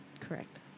Correct